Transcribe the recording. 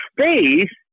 faith